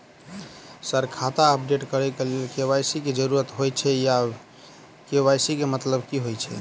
Sir खाता update करऽ लेल के.वाई.सी की जरुरत होइ छैय इ के.वाई.सी केँ मतलब की होइ छैय?